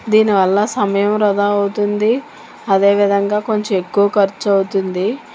దీని వల్ల సమయం వృధా అవుతుంది అదేవిధంగా కొంచెం ఎక్కువ ఖర్చు అవుతుంది